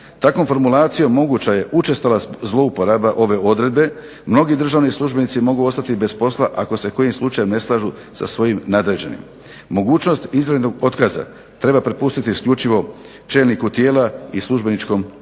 Takvom formulacijom moguća je učestala zlouporaba ove odredbe mnogi državni službenici mogu ostati bez posla ako se kojim slučajem ne slažu sa svojim nadređenim. Mogućnost izvanrednog otkaza treba prepustiti isključivo čelniku tijela i službeničkom sudu.